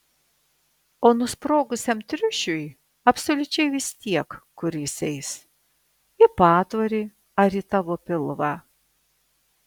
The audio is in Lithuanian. o nusprogusiam triušiui absoliučiai vis tiek kur jis eis į patvorį ar į tavo pilvą